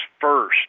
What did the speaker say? first